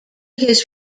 his